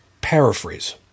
paraphrase